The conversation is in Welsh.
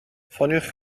ffoniwch